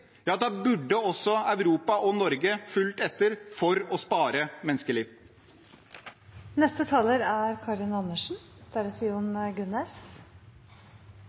da burde også Europa og Norge fulgt etter, for å spare menneskeliv. Hvis man skal spare menneskeliv, er